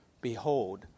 Behold